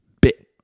bit